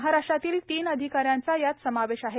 महाराष्ट्रातील तीन अधिकाऱ्यांचा यात समावेश आहे